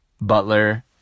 Butler